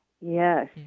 Yes